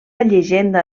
llegenda